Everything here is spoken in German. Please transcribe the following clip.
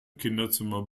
kinderzimmer